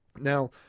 Now